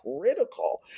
critical